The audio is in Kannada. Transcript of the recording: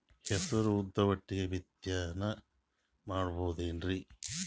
ಹೆಸರು ಉದ್ದು ಒಟ್ಟಿಗೆ ಬಿತ್ತನೆ ಮಾಡಬೋದೇನ್ರಿ?